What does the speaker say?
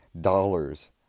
dollars